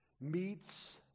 meets